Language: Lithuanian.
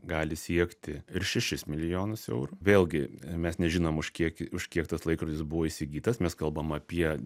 gali siekti ir šešis milijonus eurų vėlgi mes nežinom už kiek už kiek tas laikrodis buvo įsigytas mes kalbam apie